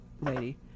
lady